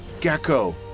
gecko